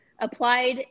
applied